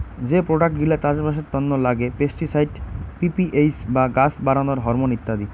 যে প্রোডাক্ট গিলা চাষবাসের তন্ন লাগে পেস্টিসাইড, পি.পি.এইচ বা গাছ বাড়ানোর হরমন ইত্যাদি